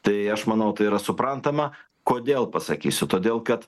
tai aš manau tai yra suprantama kodėl pasakysiu todėl kad